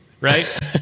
right